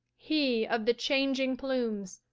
he of the changing plumes,